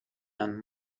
and